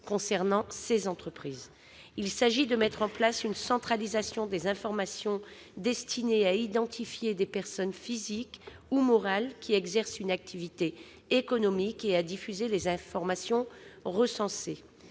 concernant ces dernières. Il s'agit de mettre en place une centralisation des informations destinées à identifier les personnes physiques ou morales qui exercent une activité économique et à diffuser les informations recensées.